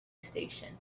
station